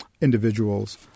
individuals